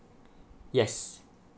yes